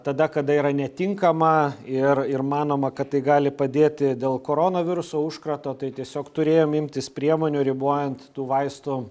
tada kada yra netinkama ir ir manoma kad tai gali padėti dėl koronaviruso užkrato tai tiesiog turėjom imtis priemonių ribojant tų vaistų